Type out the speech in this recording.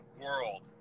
world